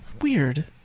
Weird